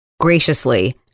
graciously